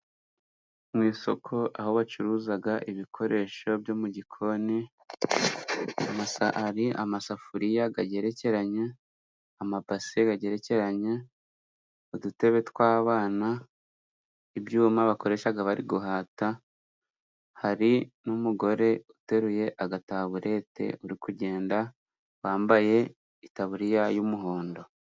Mu isoko aho bacuruza ibikoresho byo mu gikoni: amasahari, amasafuriya agerekeranye, amabase agerekeranye, udutebe tw'abana, ibyuma bakoresha bari guhata. Hari n'umugore uteruye agataburete uri kugenda wambaye itaburiya y'umuhondo.